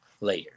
layer